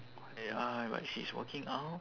eh uh but she's walking out